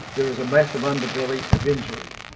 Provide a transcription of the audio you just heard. there is a massive underbelly of injury.